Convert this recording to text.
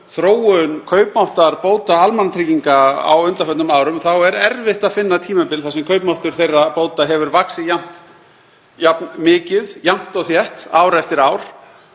þróun kaupmáttar bóta almannatrygginga á undanförnum árum, að erfitt er að finna tímabil þar sem kaupmáttur þeirra bóta hefur vaxið jafn mikið jafnt og þétt ár eftir ár